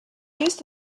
used